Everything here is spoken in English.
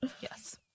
Yes